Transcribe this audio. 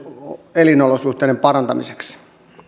elinolosuhteiden parantamiseksi